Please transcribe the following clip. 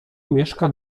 mieszka